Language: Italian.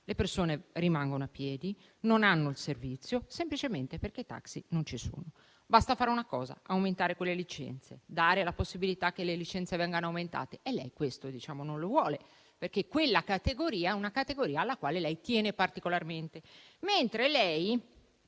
le persone rimangono a piedi, non hanno il servizio semplicemente perché i taxi non ci sono. Basta fare una cosa: aumentare quelle licenze, dare la possibilità che aumentino. Lei questo non lo vuole perché quella è una categoria alla quale lei tiene particolarmente,